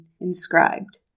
inscribed